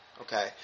Okay